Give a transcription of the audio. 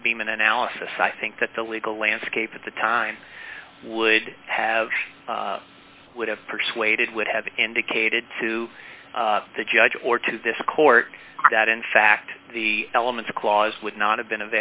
the beam in analysis i think that the legal landscape at the time would have would have persuaded would have indicated to the judge or to this court that in fact the elements clause would not have been